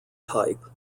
type